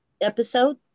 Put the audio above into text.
episode